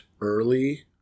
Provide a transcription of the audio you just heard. early